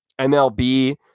MLB